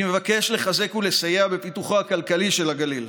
אני מבקש לחזק ולסייע בפיתוחו הכלכלי של הגליל,